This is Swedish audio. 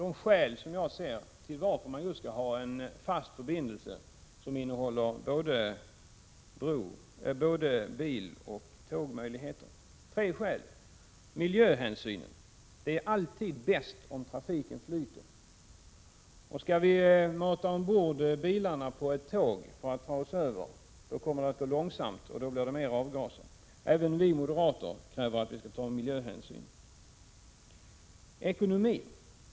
De skäl som jag ser till att ha en fast förbindelse som innehåller både biloch tågmöjligheter är tre. 1. Miljöhänsyn. Det är alltid bäst att slippa stopp i trafiken. Skall vi mata bilarna ombord på ett tåg för att ta oss över Öresund, kommer det att gå långsamt, och då blir det mer avgaser. Även vi moderater kräver att man tar miljöhänsyn. 2. Ekonomin.